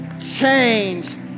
changed